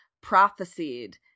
prophesied